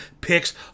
picks